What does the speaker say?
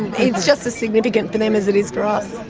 it's just as significant for them as it is for us.